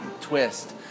Twist